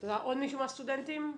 עוד מישהו מהסטודנטים?